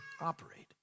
operate